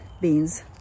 beans